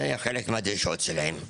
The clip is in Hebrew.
זה חלק מהדרישות שלהם.